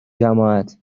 جماعت